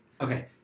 Okay